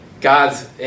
God's